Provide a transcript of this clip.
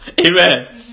amen